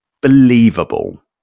believable